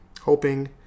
hoping